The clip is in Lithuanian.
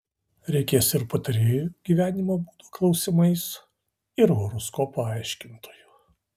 reikės ir patarėjų gyvenimo būdo klausimais ir horoskopų aiškintojų